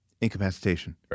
Incapacitation